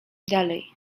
dalej